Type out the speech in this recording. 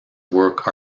work